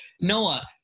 Noah